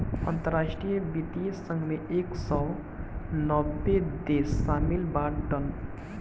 अंतरराष्ट्रीय वित्तीय संघ मे एक सौ नब्बे देस शामिल बाटन